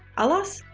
alas,